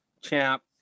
champ